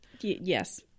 Yes